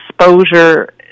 exposure